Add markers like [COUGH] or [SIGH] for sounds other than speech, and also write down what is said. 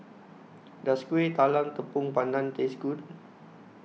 [NOISE] Does Kuih Talam Tepong Pandan Taste Good